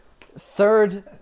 Third